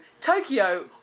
Tokyo